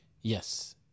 yes